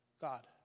God